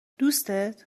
دوستت